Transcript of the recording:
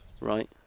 right